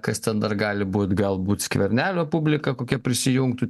kas ten dar gali būt galbūt skvernelio publika kokia prisijungtų